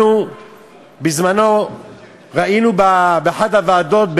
אנחנו בזמנו ראינו באחת הוועדות,